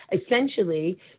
Essentially